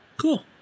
Cool